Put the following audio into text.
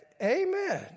Amen